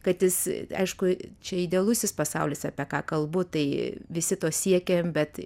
kad jis aišku čia idealusis pasaulis apie ką kalbu tai visi to siekiam bet